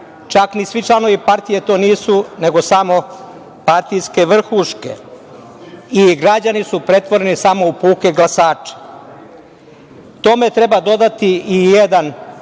čak ni svi članovi partije to nisu, nego samo partijske vrhuške i građani su pretvoreni samo u puke glasače. Tome treba dodati, ako